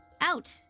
out